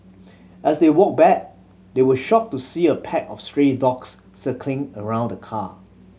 as they walked back they were shocked to see a pack of stray dogs circling around the car